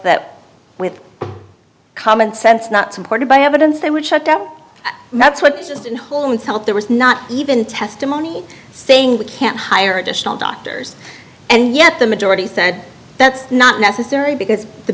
that with commonsense not supported by evidence they would shut up and that's what just in holmes health there was not even testimony saying we can't hire additional doctors and yet the majority said that's not necessary because the